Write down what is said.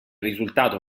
risultato